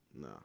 No